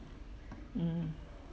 hmm